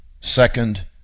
Second